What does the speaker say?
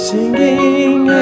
Singing